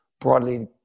broadly